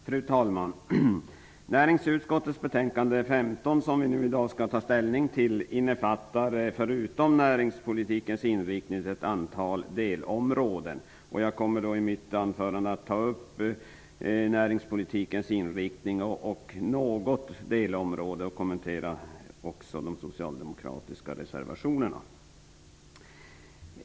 Fru talman! Näringsutskottets betänkande 15, som vi i dag skall ta ställning till, innefattar, förutom näringspolitikens inriktning, ett antal delområden. I mitt anförande kommer jag att ta upp näringspolitikens inriktning och något delområde. Jag kommer också att kommentera de socialdemokratiska reservationerna.